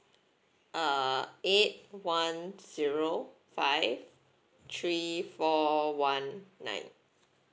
uh eight one zero five three four one nine